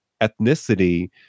ethnicity